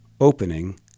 opening